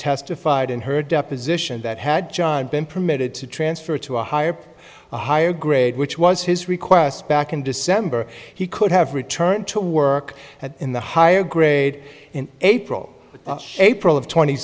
testified in her deposition that had been permitted to transfer to a higher higher grade which was his request back in december he could have returned to work in the higher grade in april april